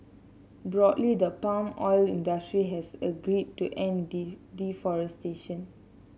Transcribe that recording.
broadly the palm oil industry has agreed to end deforestation